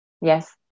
yes